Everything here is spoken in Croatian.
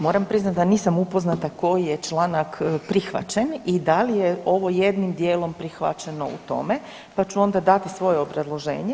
Moram priznati da nisam upoznata koji je čl. prihvaćen i da li je ovo jednim dijelom prihvaćeno u tome pa ću onda dati svoje obrazloženje.